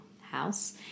house